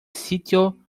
sitio